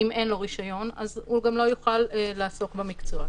אם אין לו רישיון הוא גם לא יוכל לעסוק במקצוע.